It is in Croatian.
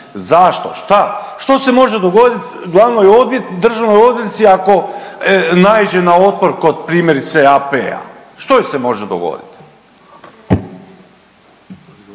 šta, što se može dogoditi glavnoj državnoj odvjetnici ako naiđe na otpor kod primjerice AP-a? Što joj se može dogoditi?